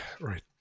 Right